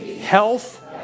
health